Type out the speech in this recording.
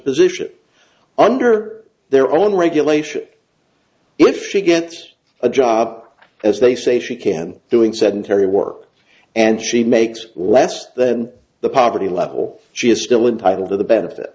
position under their own regulation if she gets a job as they say she can doing sedentary work and she makes less than the poverty level she is still entitle to the benefit